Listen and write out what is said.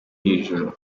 ijoro